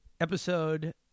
Episode